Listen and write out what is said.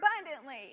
abundantly